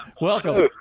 Welcome